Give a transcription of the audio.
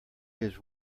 his